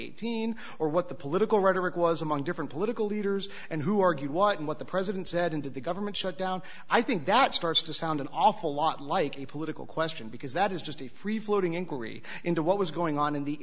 eight teen or what the political rhetoric was among different political leaders and who argued what and what the president said into the government shutdown i think that starts to sound an awful lot like a political question because that is just a free floating inquiry into what was going on in the